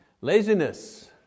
laziness